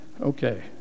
Okay